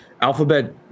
Alphabet